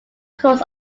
course